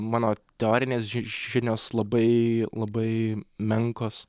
mano teorinės ži žinios labai labai menkos